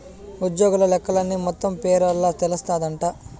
ఉజ్జోగుల లెక్కలన్నీ మొత్తం పేరోల్ల తెలస్తాందంటగా